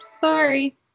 sorry